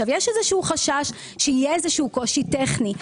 יש איזשהו חשש שיהיה איזשהו קושי טכני.